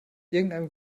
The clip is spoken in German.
irgendeinem